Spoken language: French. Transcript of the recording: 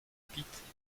pit